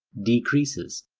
decreases.